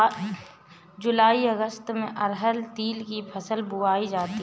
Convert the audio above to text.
जूलाई अगस्त में अरहर तिल की फसल बोई जाती हैं